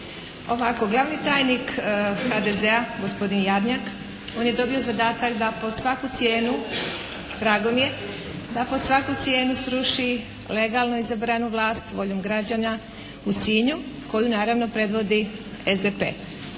Ovako, glavni tajnik HDZ-a, gospodin Jarnjak, on je dobio zadatak da pod svaku cijenu, …… /Upadica se ne čuje./ … Drago mi je. Da pod svaku cijenu sruši legalnu izabranu vlast voljom građana u Sinju koju naravno predvodi SDP.